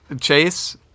Chase